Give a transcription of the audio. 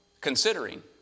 considering